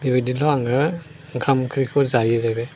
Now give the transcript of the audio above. बेबादि ल' आङो ओंखाम ओंख्रिखौ जायो जाहैबाय